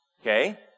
Okay